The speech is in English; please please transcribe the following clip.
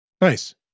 Nice